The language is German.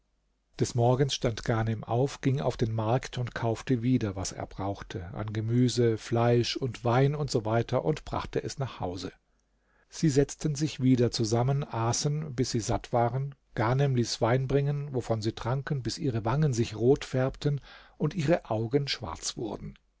des morgens stand ghanem auf ging auf den markt und kaufte wieder was er brauchte an gemüse fleisch und wein usw und brachte es nach hause sie setzten sich wieder zusammen aßen bis sie satt waren ghanem ließ wein bringen wovon sie tranken bis ihre wangen sich rot färbten und ihre augen schwarz wurden